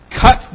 cut